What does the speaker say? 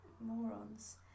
Morons